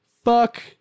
Fuck